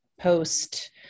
post